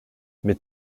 mes